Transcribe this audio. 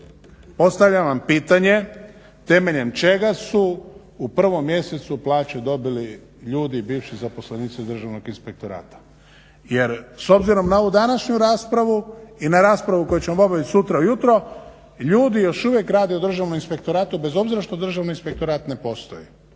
Postavljam vam pitanje temeljem čega su u prvom mjesecu plaće dobili ljudi, bivši zaposlenici Državnog inspektorata? Jer s obzirom na ovu današnju raspravu i na raspravu koju ćemo obaviti sutra ujutro ljudi još uvijek rade u državnom inspektoratu bez obzira što Državni inspektorat ne postoji.